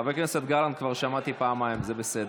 חבר הכנסת גלנט כבר שמעתי פעמיים, זה בסדר.